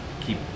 keep